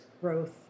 growth